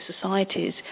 societies